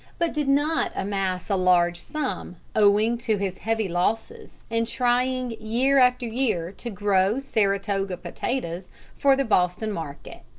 but did not amass a large sum, owing to his heavy losses in trying year after year to grow saratoga potatoes for the boston market.